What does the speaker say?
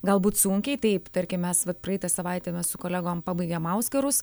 galbūt sunkiai taip tarkim mes vat praeitą savaitę mes su kolegom pabaigėm auskarus